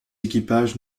équipages